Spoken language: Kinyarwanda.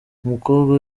umukobwa